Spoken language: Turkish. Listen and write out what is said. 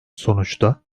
sonuçta